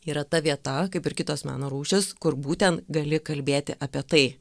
yra ta vieta kaip ir kitos meno rūšys kur būtent gali kalbėti apie tai